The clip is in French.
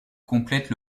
complète